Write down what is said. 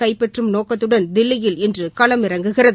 கைப்பற்றம் நோக்கத்துடன் தில்லியில் இன்று களம் இறங்குகிறது